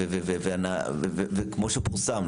כמו שפורסם,